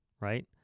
Right